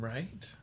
Right